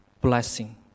blessing